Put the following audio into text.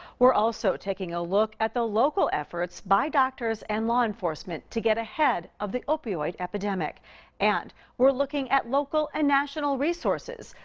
we're also taking a look at the local efforts by doctors and law enforcement to get ahead of the opioid epidemic and we're looking at local and national resources.